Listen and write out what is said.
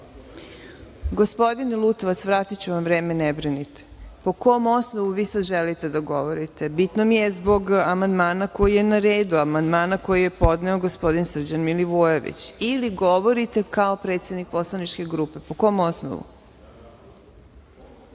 Gospodine Lutovac vratiću vam vreme, ne brinite. Po kom osnovu vi sada želite da govorite? Bitno mi je zbog amandmana koji je na redu, amandmana koji je podneo gospodin Srđan Milivojević ili govorite kao predsednik poslaničke grupe? Po kom osnovu?(Zoran